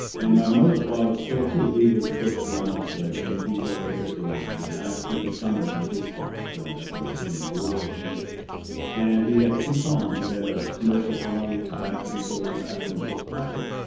and my mother's father so too he was first born out of slavery and he bought acres of land and i spent the summers on his farm growing up in virginia rural virginia and he had two farms he had a commercial farm he sold tobacco on the open market,